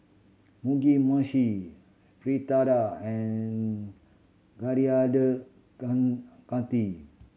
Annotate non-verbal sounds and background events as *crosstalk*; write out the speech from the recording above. Mugi Meshi Fritada and Coriander *unintelligible* Chutney